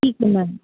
ਠੀਕ ਹੈ ਮੈਮ